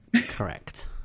Correct